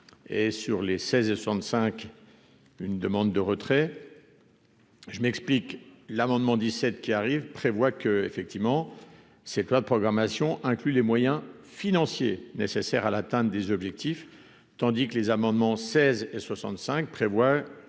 et sur les 16 65, une demande de retrait, je m'explique : l'amendement 17 qui arrive, prévoit que, effectivement, c'est la programmation inclut les moyens financiers nécessaires à l'atteinte des objectifs, tandis que les amendements 16 et 65 prévoit